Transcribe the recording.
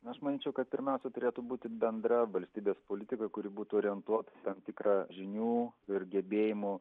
na aš manyčiau kad pirmiausia turėtų būti bendra valstybės politika kuri būtų orientuota į tam tikrą žinių ir gebėjimų